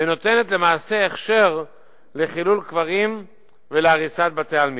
ונותנת למעשה הכשר לחילול קברים ולהריסת בתי-עלמין.